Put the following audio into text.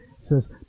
says